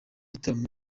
gitaramo